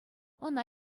ӑна